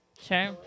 Sure